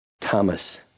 Thomas